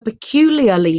peculiarly